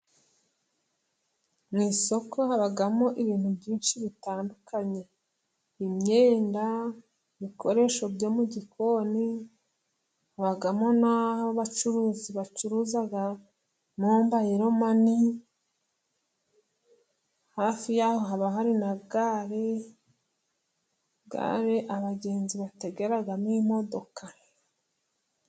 Mu isoko habamo ibintu byinshi bitandukanye; imyenda, ibikoresho byo mu gikoni, habamo n'abacuruzi bacuruza mobayiro mani, hafi y'aho haba hari na gare, gare abagenzi bategeramo imodoka.